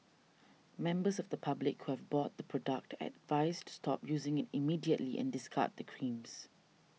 members of the public who have bought the product are advised to stop using it immediately and discard the creams